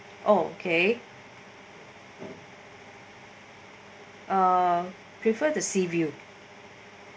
okay uh prefer the sea view